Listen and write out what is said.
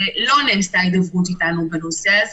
ולא נעשתה הידברות אתנו בנושא.